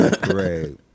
Great